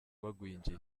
bagwingiye